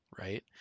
right